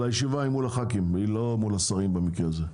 הישיבה היא מול חברי הכנסת ולא מול השרים במקרה הזה.